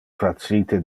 facite